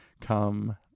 come